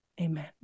Amen